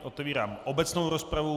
Otevírám obecnou rozpravu.